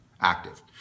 active